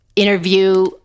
interview